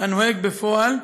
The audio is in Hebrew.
הנוהג בפועל,